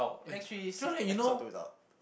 index three sea episode two is out